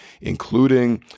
including